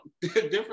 different